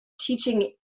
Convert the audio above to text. teaching